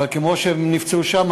אבל כמו שהן נפצעו שם,